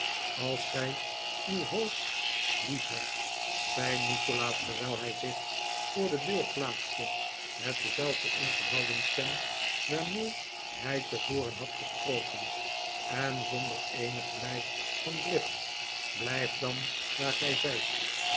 als gij uw hoofd lief hebt zei nikolaas terwijl hij zich voor de deur plaatste met dezelfde ingehouden stem waarmee hij tevoren had gesproken en zonder eenig blijk van drift blijf dan waar gij zijt